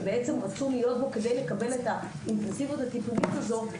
שרצו להיות בו כדי לקבל את האינטנסיביות הטיפולית הזו,